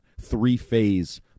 three-phase